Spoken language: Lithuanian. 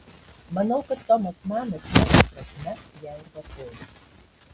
manau kad tomas manas ne ta prasme ją ir vartojo